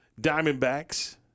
Diamondbacks